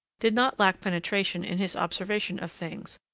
did not lack penetration in his observation of things,